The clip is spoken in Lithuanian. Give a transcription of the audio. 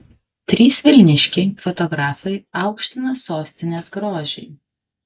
trys vilniškiai fotografai aukština sostinės grožį